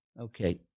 Okay